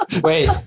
Wait